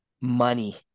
money